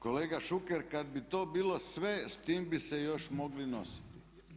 Kolega Šuker kad bi to bilo sve s tim bi se još mogli nositi.